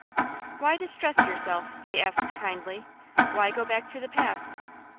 why distress yourself? he asked, kindly why go back to the past?